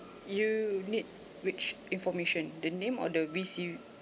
you need which information the name or the V_C